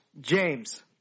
James